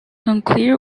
unclear